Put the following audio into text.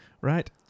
Right